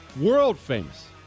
world-famous